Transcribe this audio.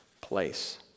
place